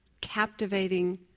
captivating